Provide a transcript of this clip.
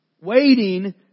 waiting